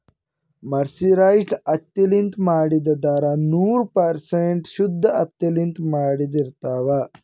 mercerized ಹತ್ತಿಲಿಂತ್ ಮಾಡಿದ್ದ್ ಧಾರಾ ನೂರ್ ಪರ್ಸೆಂಟ್ ಶುದ್ದ್ ಹತ್ತಿಲಿಂತ್ ಮಾಡಿದ್ದ್ ಇರ್ತಾವ್